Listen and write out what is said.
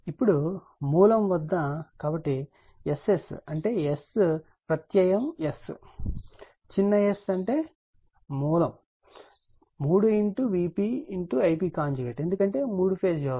ఇప్పుడు మూలం వద్ద కాబట్టి Ss అంటే S ప్రత్యయం s చిన్న s అంటే మూలం 3 Vp Ip ఎందుకంటే 3 ఫేజ్ వ్యవస్థ